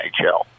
NHL